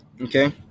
Okay